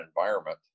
environment